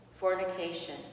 fornication